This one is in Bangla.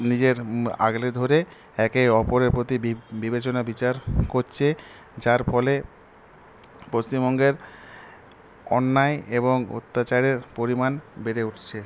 নিজের আগলে ধরে একে অপরের প্রতি বিবেচনা বিচার করছে যার ফলে পশ্চিমবঙ্গের অন্যায় এবং অত্যাচারের পরিমাণ বেড়ে উঠছে